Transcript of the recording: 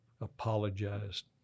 apologized